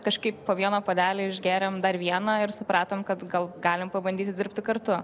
kažkaip po vieną puodelį išgėrėm dar vieną ir supratom kad gal galim pabandyti dirbti kartu